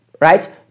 right